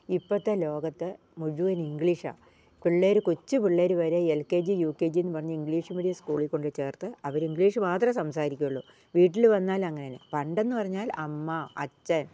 ഇപ്പത്തെ ലോകത്ത് മുഴുവൻ ഇംഗ്ലീഷാണ് പിള്ളേർ കൊച്ചു പിള്ളേർ വരെ L K G U K G എന്നു പറഞ്ഞു ഇംഗ്ലീഷ് മീഡിയം സ്കൂളിൽ കൊണ്ടു പോയി ചേർത്തു അവർ ഇംഗ്ലീഷ് മാത്രം സംസാരിക്കുകയുള്ളു വീട്ടിൽ വന്നാൽ അങ്ങനെ പണ്ടെന്ന് പറഞ്ഞാൽ അമ്മ അച്ഛൻ